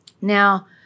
Now